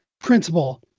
principle